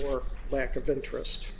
or lack of interest